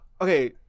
Okay